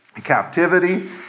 captivity